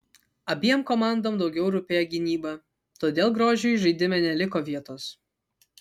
abiem komandom daugiau rūpėjo gynyba todėl grožiui žaidime neliko vietos